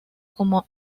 como